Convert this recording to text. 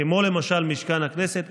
כמו למשל משכן הכנסת.